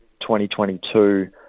2022